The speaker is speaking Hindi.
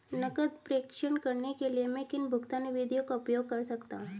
नकद प्रेषण करने के लिए मैं किन भुगतान विधियों का उपयोग कर सकता हूँ?